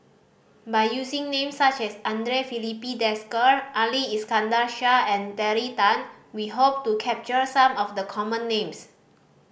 by using names such as Andre Filipe Desker Ali Iskandar Shah and Terry Tan we hope to capture some of the common names